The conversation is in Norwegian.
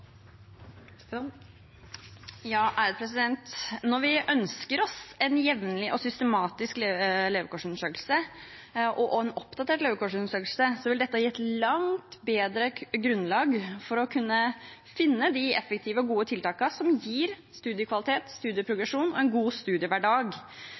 Vi ønsker oss en jevnlig og systematisk levekårsundersøkelse og en oppdatert levekårsundersøkelse, for dette vil gi et langt bedre grunnlag for å kunne finne de effektive og gode tiltakene som gir studiekvalitet,